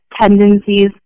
tendencies